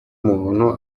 muntu